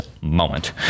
moment